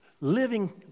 Living